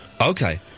Okay